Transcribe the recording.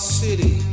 city